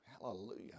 Hallelujah